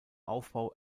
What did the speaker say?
aufbau